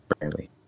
rarely